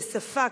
כשפה,